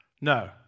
No